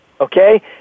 okay